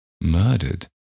Murdered